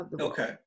Okay